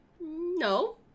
no